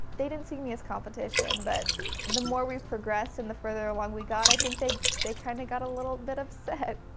they didn't see me as competition, but the more we progressed, and the further along we got, i think they they kind of got a little bit upset.